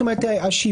את אומרת השימוע.